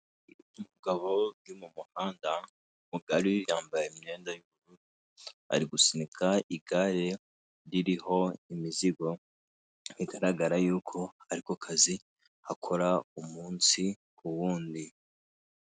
Umugabo uri mu muhanda mugari, yambaye imyenda y'ubururu; ari gusunika igare ririho imizigo, bigaragara yuko ariko kazi akora umunsi ku wundi.